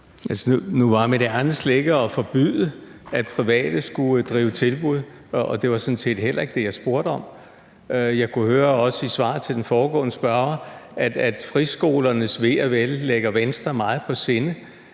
Nu var mit ærinde slet ikke at forbyde, at private skulle kunne drive tilbud, og det var sådan set heller ikke det, jeg spurgte til. Jeg kunne også høre i svaret til den foregående spørger, at friskolernes ve og vel ligger Venstre meget på sinde.